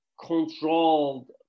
Controlled